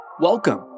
Welcome